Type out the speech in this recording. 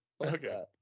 okay